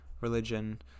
religion